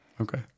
Okay